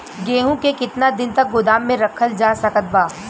गेहूँ के केतना दिन तक गोदाम मे रखल जा सकत बा?